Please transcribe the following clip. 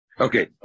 Okay